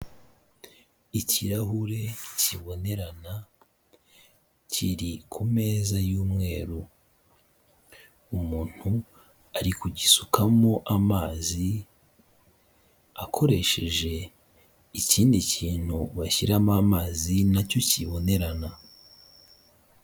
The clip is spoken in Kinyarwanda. Ikirahure kibonerana kiri ku meza y'umweru, umuntu ari kugisukamo amazi, akoresheje ikindi kintu bashyiramo amazi na cyo kibonerana.